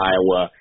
Iowa